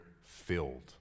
filled